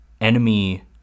enemy